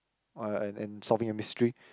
uh and and solving a mystery